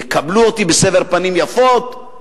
יקבלו אותי בסבר פנים יפות?